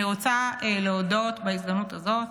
אני רוצה להודות בהזדמנות הזאת